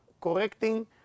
correcting